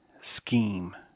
scheme